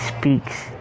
speaks